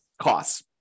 costs